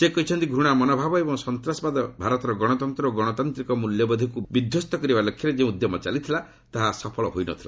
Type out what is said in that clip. ସେ କହିଛନ୍ତି ଘୂଣା ମନୋଭାବ ଏବଂ ସନ୍ତ୍ରାସବାଦ ଭାରତର ଗଣତନ୍ତ୍ର ଓ ଗଣତାନ୍ତ୍ରିକ ମ୍ବଲ୍ୟବୋଧକୁ ବିଧ୍ୱସ୍ତ କରିବା ଲକ୍ଷ୍ୟରେ ଯେଉଁ ଉଦ୍ୟମ ଚାଲିଥିଲା ତାହା ସଫଳ ହୋଇନଥିଲା